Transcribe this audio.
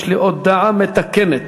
יש לי הודעה מתקנת.